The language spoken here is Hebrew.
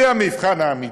זה המבחן האמיתי.